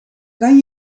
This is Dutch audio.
kan